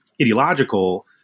ideological